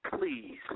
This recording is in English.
please